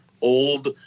old